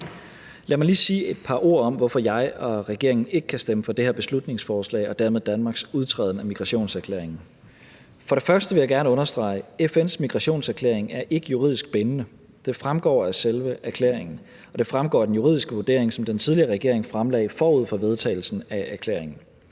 Lad mig lige sige et par ord om, hvorfor jeg og regeringen ikke kan stemme for det her beslutningsforslag og dermed Danmarks udtræden af migrationserklæringen. For det første vil jeg gerne understrege, at FN's migrationserklæring ikke er juridisk bindende. Det fremgår af selve erklæringen, og det fremgår af den juridiske vurdering, som den tidligere regering fremlagde forud for vedtagelsen af erklæringen.